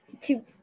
two